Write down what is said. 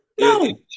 no